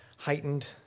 Heightened